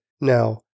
Now